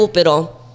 pero